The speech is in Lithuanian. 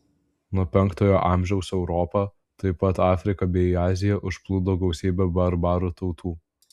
nuo penktojo amžiaus europą taip pat afriką bei aziją užplūdo gausybė barbarų tautų